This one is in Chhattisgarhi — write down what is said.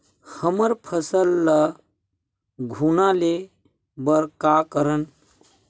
हमर फसल ल घुना ले बर का करन?